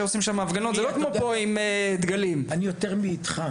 שם לא צועדים עם דגלים כמו פה,